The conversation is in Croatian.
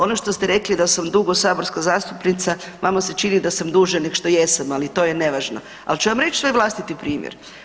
Ono što ste rekli da sam dugo saborska zastupnica, vama se čini da sam duže nego što jesam, ali to je nevažno, ali ću vam reći svoj vlastiti primjer.